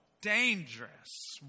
dangerous